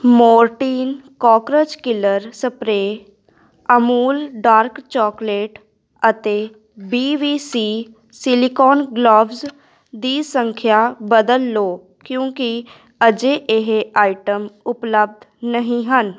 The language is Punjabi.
Mortein cockroach killer spray Amul dark chocolate ਅਤੇ B V C silicone gloves ਦੀ ਸੰਖਿਆ ਬਦਲ ਲਓ ਕਿਉਂਕਿ ਅਜੇ ਇਹ ਆਈਟਮ ਉਪਲੱਬਧ ਨਹੀਂ ਹਨ